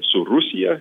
su rusija